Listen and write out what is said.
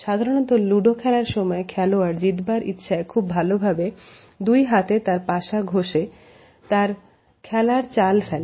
সাধারণত লুডো খেলার সময় খেলোয়াড় জিতবার ইচ্ছায় খুব ভালোভাবে দুই হাতে তার পাশা ঘোষে তার খেলার চাল ফেলে